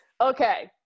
Okay